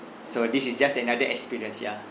so this is just another experience ya